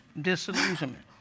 Disillusionment